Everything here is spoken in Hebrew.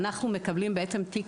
אנחנו מקבלים בעצם תיק.